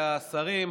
חבריי השרים,